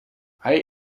hij